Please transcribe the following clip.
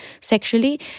sexually